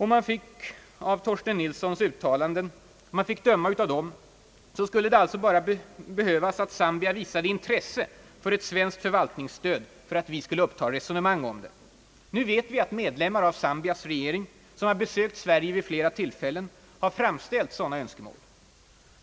Om man fick döma av Torsten Nilssons uttalanden behövdes alltså endast att Zambia visade intresse för ett svenskt förvaltningsstöd för att vi skulle uppta resonemang om det. Nu vet vi att medlemmar av Zambias regering, som vid flera tillfällen har besökt Sverige, har framställt sådana önskemål.